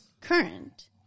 Current